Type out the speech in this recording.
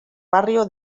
barrio